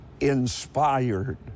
inspired